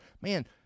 man